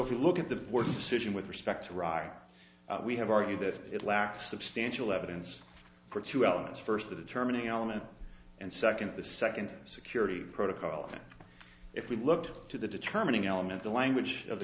if you look at the words decision with respect to iraq we have argued that it lacks substantial evidence for two elements first the determining element and second of the second security protocol and if we look to the determining element the language of the